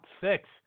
six